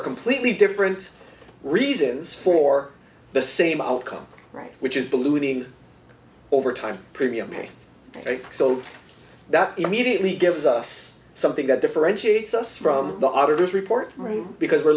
are completely different reasons for the same outcome right which is ballooning overtime preemie so that immediately gives us something that differentiates us from the auditors report room because we're